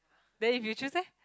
then if you choose eh